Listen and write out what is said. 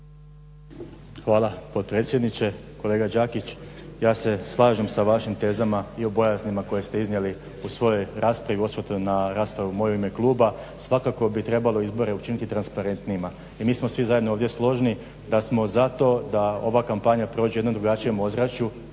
Hvala potpredsjedniče. Kolega Đakić ja se slažem sa vašim tezama i o bojaznima koje ste iznijeli u svojoj raspravi u osvrtu na moju raspravu u ime kluba. Svakako bi trebalo izbore učiniti transparentnijima i mi smo svi zajedno ovdje složni da smo zato da ova kampanje prođe u jednom drugačijem ozračju